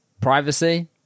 privacy